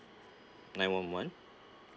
nine one one